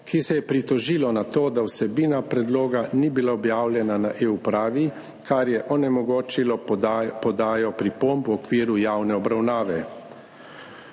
ki se je pritožilo na to, da vsebina predloga ni bila objavljena na eUpravi, kar je onemogočilo podajo pripomb v okviru javne obravnave.